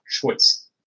choice